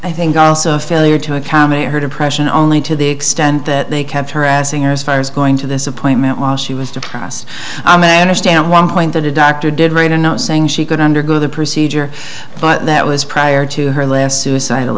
i think also a failure to accommodate her depression only to the extent that they kept harassing her as far as going to this appointment while she was to pass i managed to one point that a doctor did write a note saying she could undergo the procedure but that was prior to her last suicidal